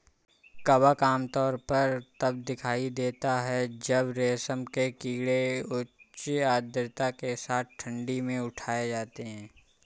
कवक आमतौर पर तब दिखाई देता है जब रेशम के कीड़े उच्च आर्द्रता के साथ ठंडी में उठाए जाते हैं